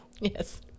Yes